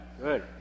good